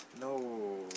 No